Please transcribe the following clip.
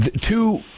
two